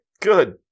Good